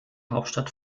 hauptstadt